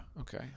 Okay